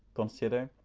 consider,